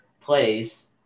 plays